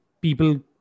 people